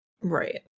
right